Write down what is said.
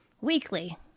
weekly